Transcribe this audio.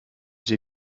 sie